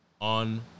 on